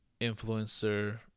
influencer